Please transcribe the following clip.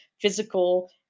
physical